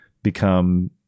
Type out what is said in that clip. become